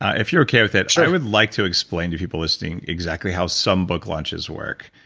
if you're okay with it, i would like to explain to people listening exactly how some book launches work.